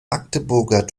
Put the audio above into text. magdeburger